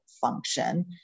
function